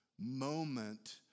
moment